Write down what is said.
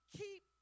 keep